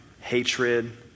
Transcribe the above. hatred